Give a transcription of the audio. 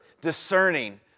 discerning